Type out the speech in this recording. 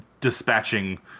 dispatching